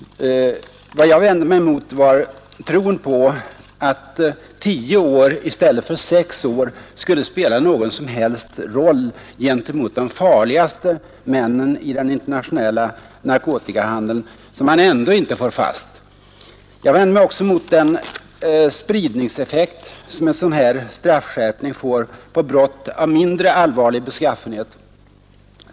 Vad jag vände mig emot var tron på att tio år i stället för sex år skulle spela någon som helst roll gentemot de farligaste männen iden internationella narkotikahandeln, som man ändå inte får fast. Jag vände mig också mot den spridningseffekt som en straffskärpning får på brott av mindre allvarlig beskaffenhet.